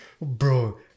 Bro